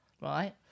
right